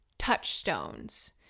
Touchstones